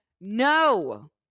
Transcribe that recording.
No